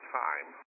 time